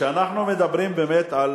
כשאנחנו מדברים, באמת, על